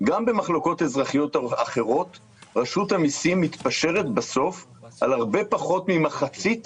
גם במחלוקות אזרחיות אחרות רשות המיסים מתפשרת בסוף על הרבה פחות ממחצית